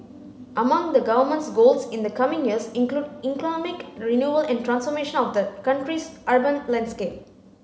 among the Government's goals in the coming years include economic renewal and transformation of the country's urban landscape